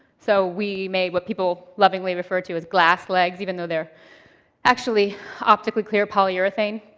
so we made what people lovingly referred to as glass legs even though they're actually optically clear polyurethane,